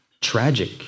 tragic